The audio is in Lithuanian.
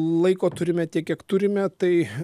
laiko turime tiek kiek turime tai